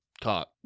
caught